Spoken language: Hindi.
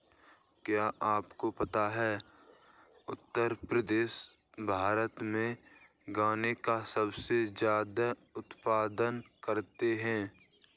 क्या आपको पता है उत्तर प्रदेश भारत में गन्ने का सबसे ज़्यादा उत्पादन करता है?